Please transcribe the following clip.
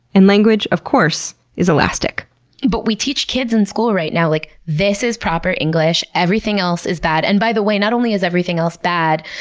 and language, of course, is elastic but we teach kids in school right now, like this is proper english. everything else is bad. and by the way, not only is everything else bad,